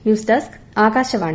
news desk Akashvani